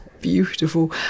beautiful